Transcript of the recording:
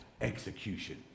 execution